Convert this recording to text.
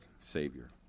savior